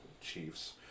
chiefs